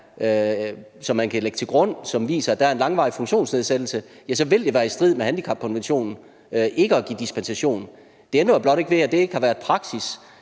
som man kan lægge til grund, og som viser, at der er en langvarig funktionsnedsættelse, så vil det være i strid med handicapkonventionen ikke at give dispensation. Det ændrer jo blot ikke ved, at det ikke har været praksis.